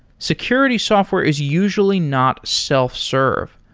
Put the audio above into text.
security software is usually not self-serve.